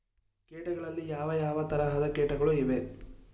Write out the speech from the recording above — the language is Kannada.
ಕೇಟಗಳಲ್ಲಿ ಯಾವ ಯಾವ ತರಹದ ಕೇಟಗಳು ಇವೆ?